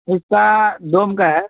حصہ دوم کا ہے